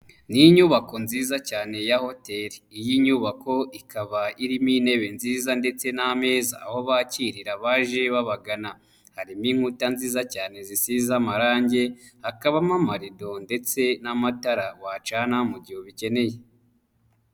Ni inyubako nziza cyane ya hotel iyi nyubako ikaba irimo intebe nziza ndetse n'ameza aho bakirira abaje babagana harimo inkuta nziza cyane zisize amarange hakabamo amarido ndetse n'amatara wacana mu gihe ubikeneye.